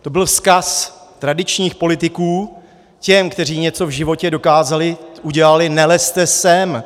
To byl vzkaz tradičních politiků těm, kteří něco v životě dokázali, udělali: Nelezte sem!